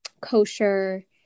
kosher